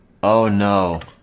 oh no